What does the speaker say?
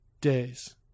days